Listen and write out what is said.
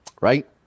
right